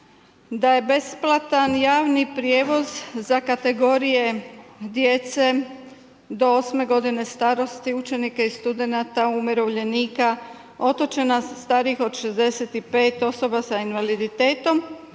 da je besplatan javni prijevoz za kategorije djece do 8 g. starosti, učenika i studenata, umirovljenika, otočana, starijih od 65, osoba s invaliditetom,